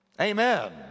Amen